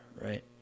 right